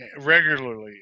regularly